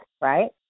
right